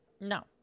No